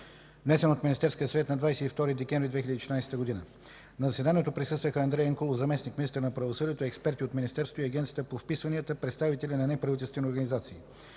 внесен от Министерския съвет на 22 декември 2014 На заседанието присъстваха: Андрей Янкулов – заместник-министър на правосъдието, експерти от Министерството и Агенцията по вписванията, представители на неправителствени организации.